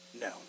No